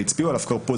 וכבר הצביעו עליו פה,